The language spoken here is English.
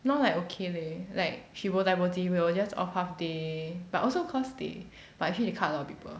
no like okay leh like she bo dai bo ji will just off half day but also cause they but actually they cut a lot of people